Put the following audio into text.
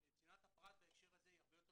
אנחנו ממשיכים באופן ישיר מהיכן שהפסקנו בדיון